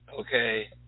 okay